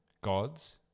Gods